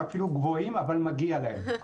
אפילו גבוהים, אבל מגיע לכם,